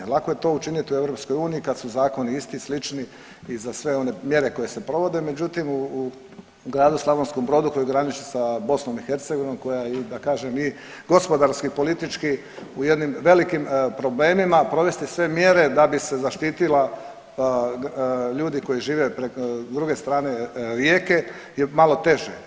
Lako je to učiniti u EU kad su zakoni isti i slični i za sve one mjere koje se provode, međutim u gradu Slavonskom Brodu koji graniči sa BiH koja je da kažem i gospodarski i politički u jednim velikim problemima provesti sve mjere da bi se zaštitili ljudi koji žive s druge strane rijeke je malo teže.